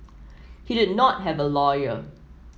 he did not have a lawyer